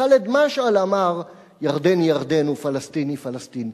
ח'אלד משעל אמר: ירדן היא ירדן ופלסטין היא פלסטין.